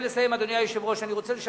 אדוני היושב-ראש, אני רוצה לסיים.